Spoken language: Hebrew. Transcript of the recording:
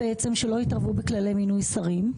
לא יתערבו בכללי מינוי שרים.